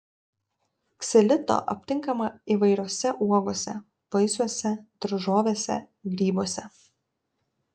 ksilito aptinkama įvairiose uogose vaisiuose daržovėse grybuose